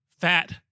fat